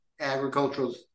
agricultural